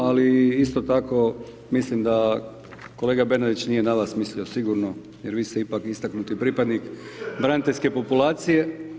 Ali isto tako mislim da kolega Bernardić nije na vas mislio sigurno jer vi ste ipak istaknuti pripadnik braniteljske populacije.